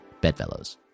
bedfellows